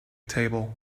table